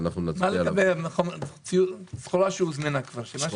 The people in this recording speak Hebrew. מה לגבי סחורה שהוזמנה כבר?